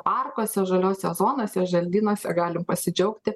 parkuose žaliose zonose želdynuose galim pasidžiaugti